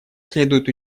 следует